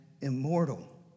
immortal